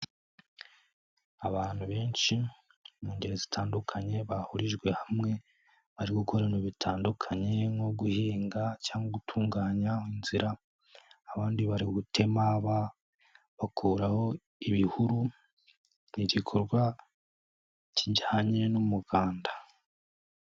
Abantu benshi mu ngeri zitandukanye, bahurijwe hamwe. Bari gukorana bitandukanye nko guhinga cyangwa gutunganya inzira. Abandi bari gutema bakuraho ibihuru. Ni igikorwa kijyanye n'umuganda.